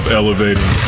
elevating